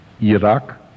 Iraq